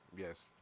Yes